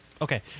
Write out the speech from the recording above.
Okay